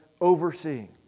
overseeing